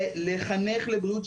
לחנך לבריאות,